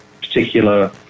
particular